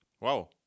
Wow